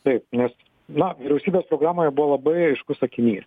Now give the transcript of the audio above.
taip nes na vyriausybės programoje buvo labai aiškus sakinys